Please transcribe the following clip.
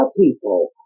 people